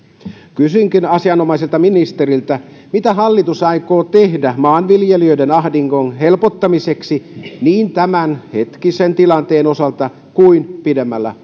kysynkin asianomaiselta ministeriltä mitä hallitus aikoo tehdä maanviljelijöiden ahdingon helpottamiseksi niin tämänhetkisen tilanteen osalta kuin pidemmällä